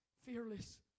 fearless